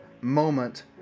moment